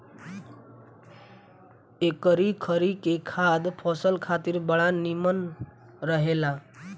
एकरी खरी के खाद फसल खातिर बड़ा निमन रहेला